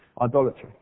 idolatry